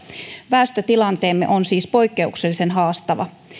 väestötilanteemme on siis poikkeuksellisen haastava